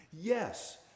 Yes